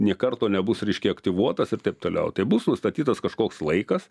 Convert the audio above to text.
nė karto nebus reiškia aktyvuotas ir taip toliau tai bus nustatytas kažkoks laikas